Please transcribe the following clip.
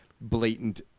blatant